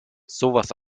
sowas